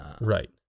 Right